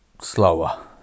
slower